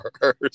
first